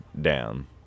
down